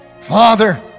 Father